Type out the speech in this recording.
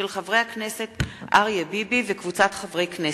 של חברי הכנסת אריה ביבי וקבוצת חברי הכנסת,